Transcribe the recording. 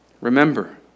Remember